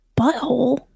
butthole